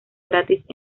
gratis